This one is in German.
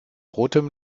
rotem